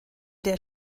der